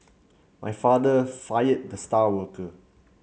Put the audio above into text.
my father fired the star worker